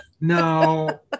No